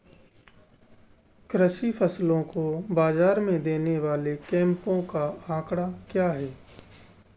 कृषि फसलों को बाज़ार में देने वाले कैंपों का आंकड़ा क्या है?